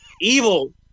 evil